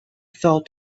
fell